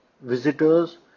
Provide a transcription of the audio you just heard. visitors